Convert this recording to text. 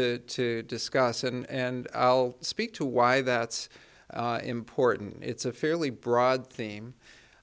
to to discuss and i'll speak to why that's important it's a fairly broad theme